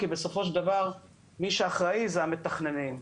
כי בסופו של דבר מי שאחראי זה המתכננים.